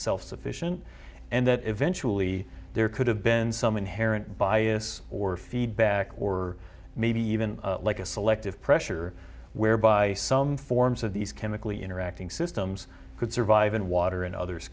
self sufficient and that eventually there could have been some inherent bias or feedback or maybe even like a selective pressure whereby some forms of these chemically interacting systems could survive in water and others